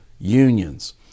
unions